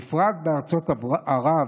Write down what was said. בפרט בארצות ערב,